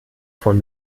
von